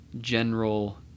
general